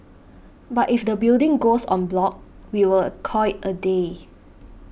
but if the building goes en bloc we will call it a day